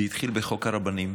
זה התחיל בחוק הרבנים,